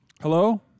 Hello